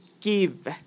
give